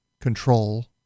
control